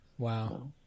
wow